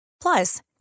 Plus